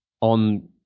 on